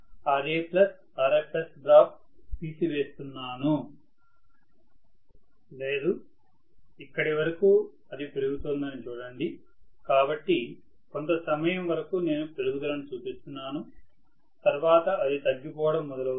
విద్యార్థి 2621 ప్రొఫెసర్ లేదు ఇక్కడి వరకు అది పెరుగుతోందని చూడండి కాబట్టి కొంత సమయం వరకు నేను పెరుగుదలను చూపిస్తున్నాను తర్వాత అది తగ్గిపోవటం మొదలవుతుంది